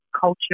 culture